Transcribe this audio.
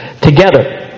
together